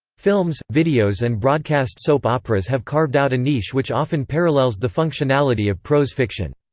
films, videos and broadcast soap operas have carved out a niche which often parallels the functionality of prose fiction.